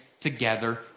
together